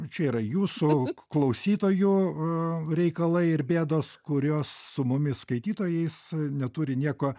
čia yra jūsų klausytojų reikalai ir bėdos kurios su mumis skaitytojais neturi nieko